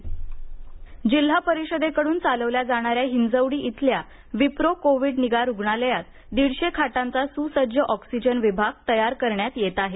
Wipro covid centre जिल्हा परिषदेकडून चालवल्या जाणाऱ्या हिंजवडी इथल्या विप्रो कोविड निगा रुग्णालयात दीडशे खाटांचा सुसज्ज ऑक्सिजन विभाग तयार करण्यात येत आहे